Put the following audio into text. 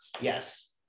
yes